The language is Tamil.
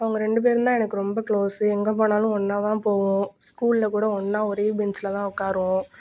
அவங்க ரெண்டு பேரும்தான் எனக்கு ரொம்ப கிளோஸு எங்கே போனாலும் ஒன்றா தான் போவோம் ஸ்கூலில் கூட ஒன்றா ஒரே பென்ஞ்சில் தான் உக்காருவோம்